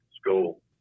school